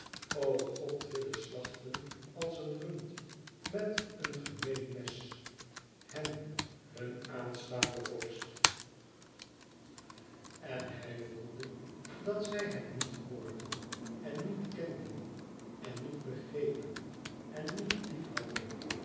god willen slachten als een rund met een gemeen mes hem hun aanstaanden vorst en hij voelde dat zij hem niet hoorden en niet kenden en niet begrepen en niet liefhadden